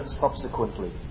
subsequently